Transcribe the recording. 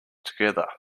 together